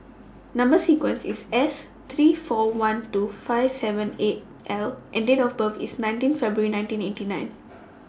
Number sequence IS S three four one two five seven eight L and Date of birth IS nineteen February nineteen eighty nine